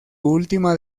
última